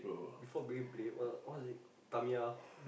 before Beyblade what was it Tamiya